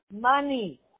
Money